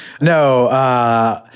No